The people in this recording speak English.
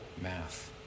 math